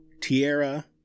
Tierra